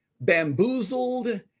bamboozled